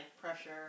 pressure